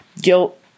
guilt